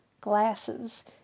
glasses